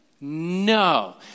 No